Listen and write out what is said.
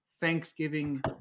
Thanksgiving